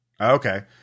Okay